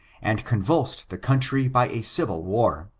and convulsed the country by a civil war.